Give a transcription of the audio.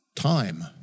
time